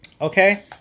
Okay